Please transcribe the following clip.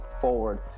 forward